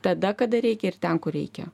tada kada reikia ir ten kur reikia